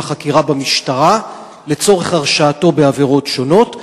החקירה במשטרה לצורך הרשעתו בעבירות שונות,